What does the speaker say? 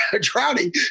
drowning